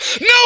No